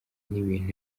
n’ibintu